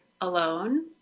alone